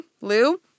Lou